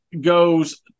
goes